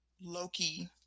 Loki